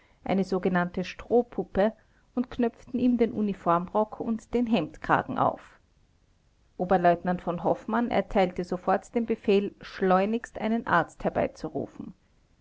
eine sogenannte strohpuppe und knöpften ihm den uniformrock und den hemdkragen auf oberleutnant v hoffmann erteilte sofort den befehl schleunigst einen arzt herbeizurufen